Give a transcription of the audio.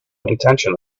intention